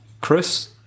Chris